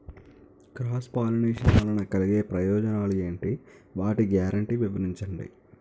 Cross pollination వలన కలిగే ప్రయోజనాలు ఎంటి? వాటి గ్యారంటీ వివరించండి?